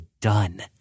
done